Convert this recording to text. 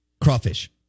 crawfish